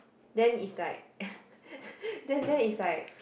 then is like then there is like